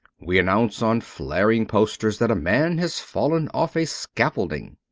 we announce on flaring posters that a man has fallen off a scaffolding.